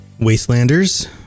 Wastelanders